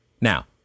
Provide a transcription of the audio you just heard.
Now